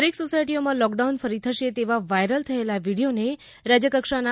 દરેક સોસાયટીઓમાં લોકડાઉન ફરી થશે તેવા વાઇરલ થયેલા વિડિયોને રાજયકક્ષાના